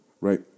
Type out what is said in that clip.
Right